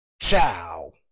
ciao